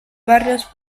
barrios